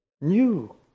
New